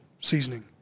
seasoning